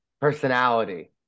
personality